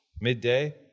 midday